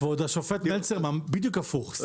כבוד השופט מלצר, בדיוק הפוך.